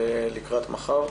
לקראת מחר.